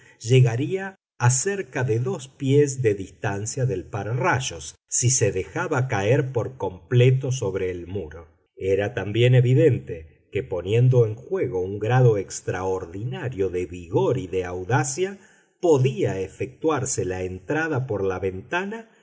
llegaría a cerca de dos pies de distancia del pararrayos si se dejaba caer por completo sobre el muro era también evidente que poniendo en juego un grado extraordinario de vigor y de audacia podía efectuarse la entrada por la ventana